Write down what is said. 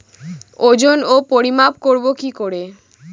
ওজন ও পরিমাপ করব কি করে?